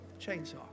Chainsaw